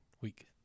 week